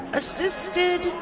assisted